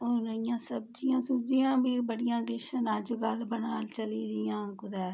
ते हुन इयां सब्जियां सुब्जियां बी बड़ियां किश न अज्ज कल्ल चली दियां कुतै